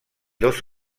dos